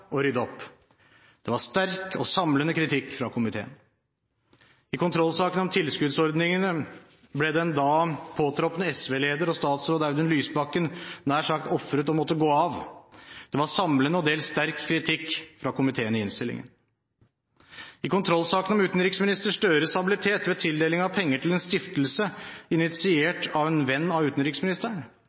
rydde opp. Det var sterk og samlende kritikk fra komiteen. I kontrollsaken om tilskuddsordningene ble den da påtroppende SV-leder og statsråd Audun Lysbakken nær sagt ofret og måtte gå av. Det var samlende og dels sterk kritikk fra komiteen i innstillingen. I kontrollsaken om utenriksministers Støres habilitet ved tildeling av penger til en stiftelse initiert av en venn av utenriksministeren